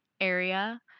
area